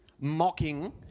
mocking